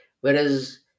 Whereas